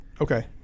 Okay